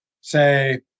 say